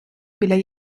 біля